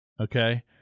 Okay